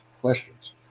questions